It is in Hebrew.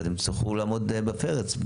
ואתם תצטרכו לעמוד בפרץ,